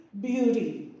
beauty